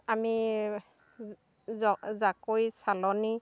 আমি জাকৈ চালনী